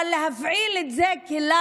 אבל להפעיל את זה כלחץ: